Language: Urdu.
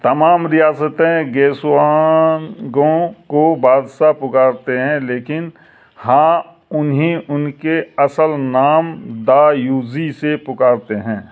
تمام ریاستیں گیسوان گوں کو بادشاہ پکارتے ہیں لیکن ہاں انہیں ان کے اصل نام دا یوزی سے پکارتے ہیں